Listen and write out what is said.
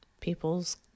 people's